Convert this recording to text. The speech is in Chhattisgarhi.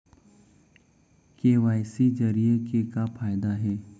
के.वाई.सी जरिए के का फायदा हे?